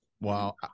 Wow